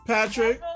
Patrick